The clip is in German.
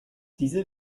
diese